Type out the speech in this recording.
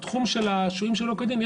בתחום של השוהים שלא כדין,